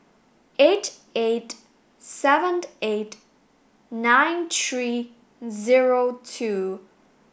eight eight seven eight nine three zero two